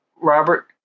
Robert